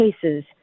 cases